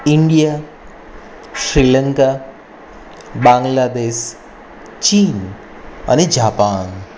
India Sri Lanka Bangladesh ચીન અને Japan